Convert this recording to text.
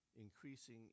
increasing